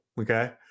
Okay